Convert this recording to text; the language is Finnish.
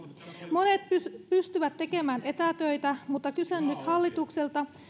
monet pystyvät pystyvät tekemään etätöitä mutta kysyn nyt hallitukselta